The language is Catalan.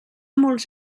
molts